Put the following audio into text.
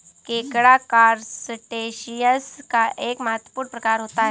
केकड़ा करसटेशिंयस का एक महत्वपूर्ण प्रकार होता है